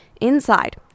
Inside